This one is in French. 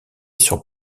sur